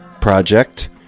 project